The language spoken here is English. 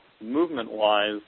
movement-wise